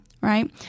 Right